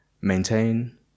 maintain